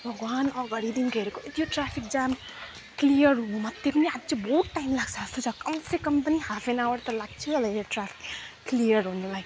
भगवान् अगाडिदेखिको हेरेको यो ट्राफिक जाम क्लियर हुनुमा त्यही पनि अझै बहुत टाइम लाग्छ जस्तो छ कम से कम पनि हाफ एन आवर त लाग्छै होला यो ट्राफिक क्लियर हुनुलाई